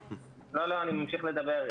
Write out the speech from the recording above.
לא, אני ממשיך לדבר.